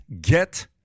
Get